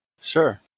Sure